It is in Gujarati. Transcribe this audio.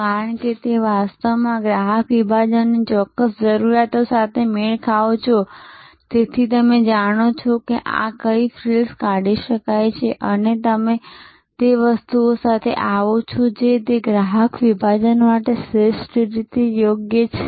કારણ કે તમે વાસ્તવમાં ગ્રાહક વિભાજનની ચોક્કસ જરૂરિયાતો સાથે મેળ ખાઓ છો અને તેથી તમે જાણો છો કે કઈ ફ્રિલ્સ કાઢી શકાય છે અને તમે તે વસ્તુ સાથે આવો છો જે તે ગ્રાહક વિભાજન માટે શ્રેષ્ઠ રીતે યોગ્ય છે